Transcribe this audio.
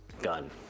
gun